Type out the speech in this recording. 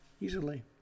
easily